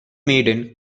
maiden